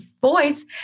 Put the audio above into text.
voice